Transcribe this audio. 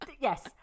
yes